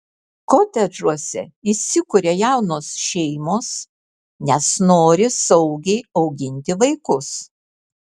kotedžuose įsikuria jaunos šeimos nes nori saugiai auginti vaikus